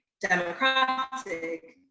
democratic